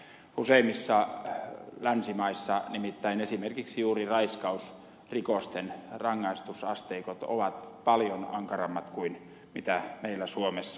useimmissa länsimaissa nimittäin esimerkiksi juuri raiskausrikosten rangaistusasteikot ovat paljon ankarammat kuin mitä meillä suomessa